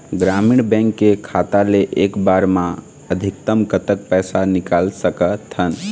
ग्रामीण बैंक के खाता ले एक बार मा अधिकतम कतक पैसा निकाल सकथन?